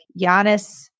Giannis